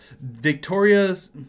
Victoria's